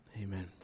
Amen